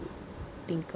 think a